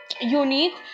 unique